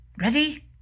Ready